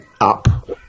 up